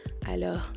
Alors